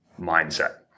mindset